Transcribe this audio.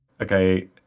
Okay